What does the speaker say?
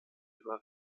über